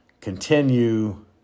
continue